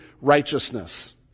righteousness